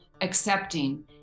accepting